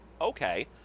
okay